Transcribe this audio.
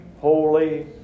holy